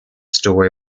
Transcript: story